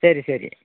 சரி சரி